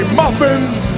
muffins